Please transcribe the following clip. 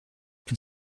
can